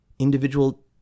individual